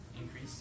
Increase